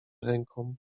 ręką